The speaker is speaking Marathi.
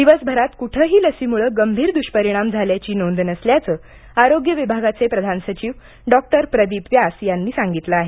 दिवसभरात कुठेही लसीमुळे गंभीर द्ष्परिणाम झाल्याची नोंद नसल्याचे आरोग्य विभागाचे प्रधान सचिव डॉ प्रदीप व्यास यांनी सांगितलं आहे